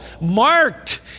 marked